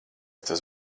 tas